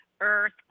Earth